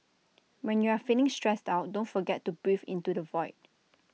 when you are feeling stressed out don't forget to breathe into the void